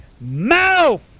mouth